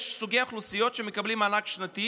יש סוגי אוכלוסיות שמקבלות מענק שנתי